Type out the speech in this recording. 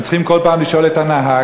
הם צריכים כל פעם לשאול את הנהג,